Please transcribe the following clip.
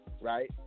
right